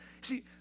See